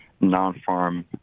non-farm